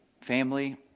family